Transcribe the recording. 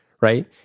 right